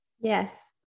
yes